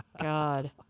God